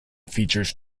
features